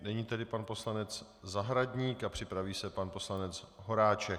Nyní tedy pan poslanec Zahradník a připraví se pan poslanec Horáček.